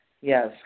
yes